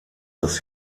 das